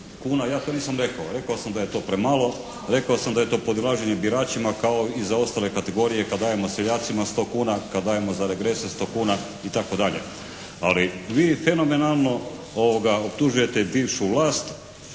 Ja to nisam rekao. Rekao sam da je to premalo. Rekao sam da je to podilaženje biračima kao i za ostale kategorije kad dajemo seljacima 100 kuna, kad dajemo za regrese 100 kuna itd. Ali vi fenomenalno optužujete i bivšu vlast,